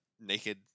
Naked